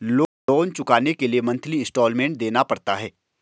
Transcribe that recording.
loan चुकाने के लिए मंथली इन्सटॉलमेंट देना पड़ता है